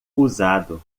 usado